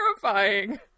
terrifying